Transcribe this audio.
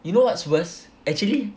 you know what's worse actually